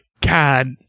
God